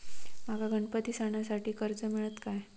माका गणपती सणासाठी कर्ज मिळत काय?